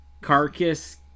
carcass